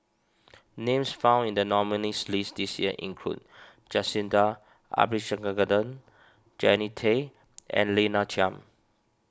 names found in the nominees' list this year include Jacintha Jannie Tay and Lina Chiam